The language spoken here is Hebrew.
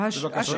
אוקיי.